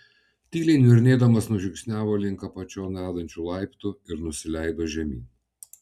tyliai niurnėdamas nužingsniavo link apačion vedančių laiptų ir nusileido žemyn